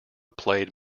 played